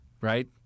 right